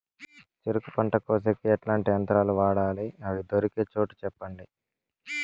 చెరుకు పంట కోసేకి ఎట్లాంటి యంత్రాలు వాడాలి? అవి దొరికే చోటు చెప్పండి?